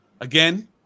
Again